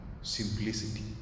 Simplicity